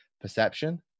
perception